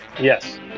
yes